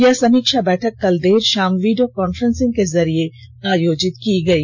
यह समीक्षा बैठक कल देर शाम वीडियो कॉन्फ्रेंसिंग के जरिए आयोजित की गई